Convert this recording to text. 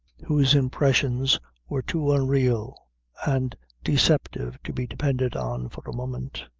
whose impressions were too unreal and deceptive to be depended on for a moment.